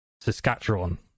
Saskatchewan